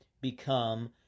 become